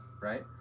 Right